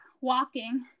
walking